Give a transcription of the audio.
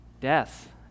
death